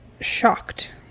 shocked